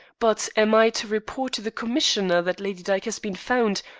but am i to report to the commissioner that lady dyke has been found,